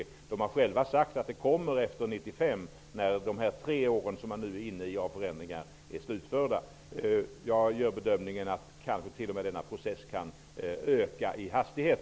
Man har där själv sagt att det kommer efter 1995, när de tre år av förändringar som man nu är inne i är slutförda. Jag gör bedömningen att den processen efter hand kanske t.o.m. kan öka i hastighet.